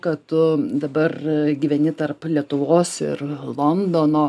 kad tu dabar gyveni tarp lietuvos ir londono